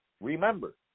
Remember